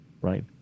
right